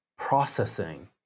processing